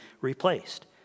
replaced